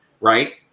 Right